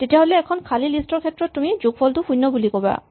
তেতিয়াহ'লে এখন খালী লিষ্ট ৰ ক্ষেত্ৰত তুমি যোগফলটো শূণ্য বুলি কবা